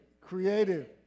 creative